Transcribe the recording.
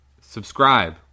subscribe